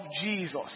Jesus